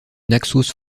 naxos